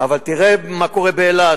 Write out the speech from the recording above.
אבל תראה מה קורה באילת,